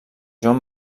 joan